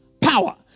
power